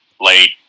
late